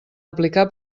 aplicar